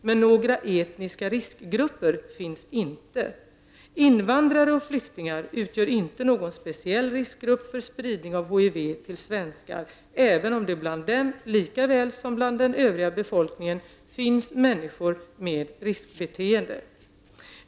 Men några etniska riskgrupper finns inte. Invandrare och flyktingar utgör inte någon speciell riskgrupp för spridning av HIV till svenskar, även om det bland dem likaväl som bland den övriga befolkningen finns människor med riskbeteende.